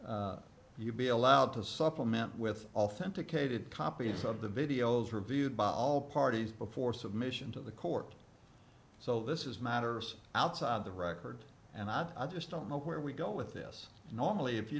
that you be allowed to supplement with authenticated copies of the videos reviewed by all parties before submission to the court so this is matters outside the record and i just don't know where we go with this normally if you